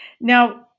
Now